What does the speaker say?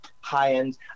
high-end